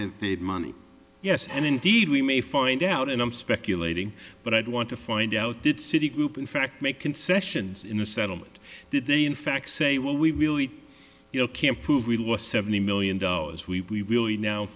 and indeed we may find out and i'm speculating but i'd want to find out did citi group in fact make concessions in the settlement did they in fact say well we really you know can't prove we lost seventy million dollars we really now